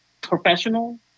professional